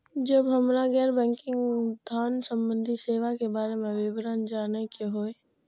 जब हमरा गैर बैंकिंग धान संबंधी सेवा के बारे में विवरण जानय के होय?